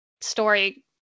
story